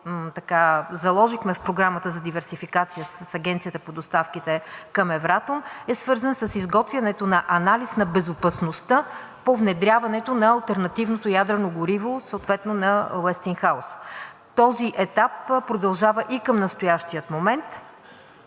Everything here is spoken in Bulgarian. който заложихме в програмата за диверсификация с Агенцията по доставките към Евратом, е свързан с изготвянето на анализ на безопасността по внедряването на алтернативното ядрено гориво съответно на „Уестингхаус“. Този етап продължава и към настоящия момент.